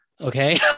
Okay